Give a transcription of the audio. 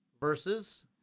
verses